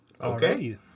Okay